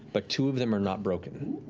but two of them are not broken.